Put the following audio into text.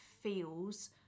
feels